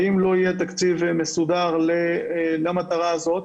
ואם לא יהיה תקציב מסודר למטרה הזאת,